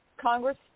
Congress